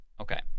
Okay